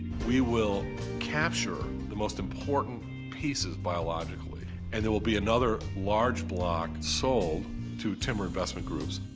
we will capture the most important pieces biologically and there will be another large block sold to timber investment groups.